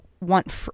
want